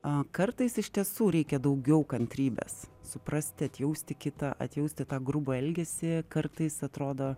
a kartais iš tiesų reikia daugiau kantrybės suprasti atjausti kitą atjausti tą grubų elgesį kartais atrodo